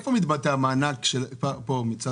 איפה מתבטא המענק של ה-100,000?